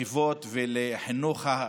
רק שמתפלאים ולא מבינים